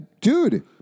Dude